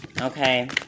Okay